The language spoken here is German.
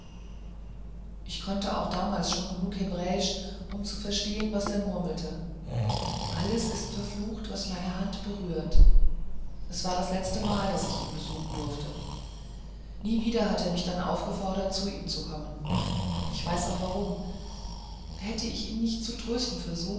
ich konnte auch damals schon genug hebräisch um zu verstehen was er murmelte alles ist verflucht was meine hand berührt es war das letzte mal daß ich ihn besuchen durfte nie wieder hat er mich seit dem aufgefordert zu ihm zu kommen ich weiß auch warum hätte ich ihn nicht zu trösten versucht